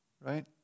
right